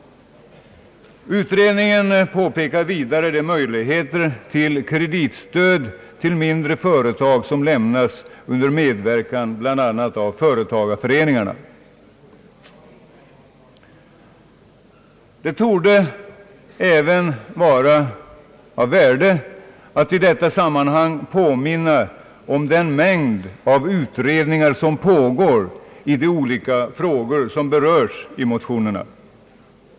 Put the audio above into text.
Utredningen pekar vidare på de möjligheter som mindre företag har att få kreditstöd som lämnas under medverkan av företagareföreningarna. Det torde även vara av värde att i detta sammanhang påminna om den mängd av utredningar, som pågår i de olika frågor som berörs i motionerna.